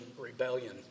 rebellion